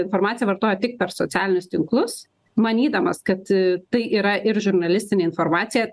informaciją vartoja tik per socialinius tinklus manydamas kad tai yra ir žurnalistinė informacija